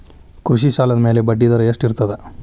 ಕೃಷಿ ಸಾಲದ ಮ್ಯಾಲೆ ಬಡ್ಡಿದರಾ ಎಷ್ಟ ಇರ್ತದ?